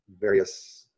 various